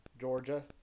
Georgia